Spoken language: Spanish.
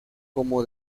como